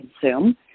consume